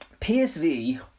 PSV